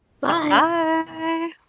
bye